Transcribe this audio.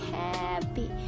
happy